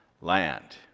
land